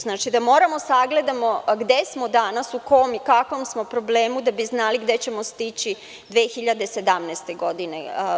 Znači, moramo da sagledamo gde smo danas, u kom i kakvom smo problemu da bi znali gde ćemo stići 2017. godine.